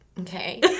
Okay